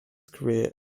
career